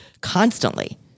constantly